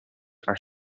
our